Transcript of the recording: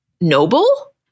noble